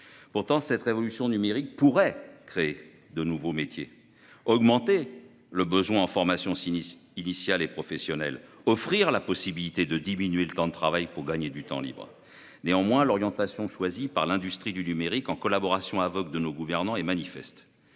Pourtant, cette révolution numérique pourrait créer de nouveaux métiers, augmenter les besoins en formation initiale et professionnelle et offrir la possibilité de réduire le temps de travail pour gagner du temps libre. Néanmoins, l'orientation choisie par l'industrie du numérique, avec la collaboration aveugle de nos gouvernants, est manifeste